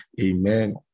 Amen